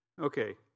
okay